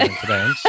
today